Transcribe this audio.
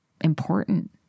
important